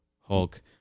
Hulk